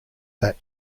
that